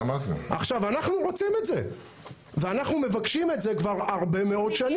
אנחנו רוצים את זה ואנחנו מבקשים את זה כבר הרבה מאוד שנים.